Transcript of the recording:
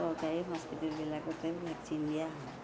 চৰকাৰী হস্পিটেলবিলাকতে ভেকচিন দিয়া হয়